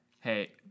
Hey